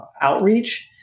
outreach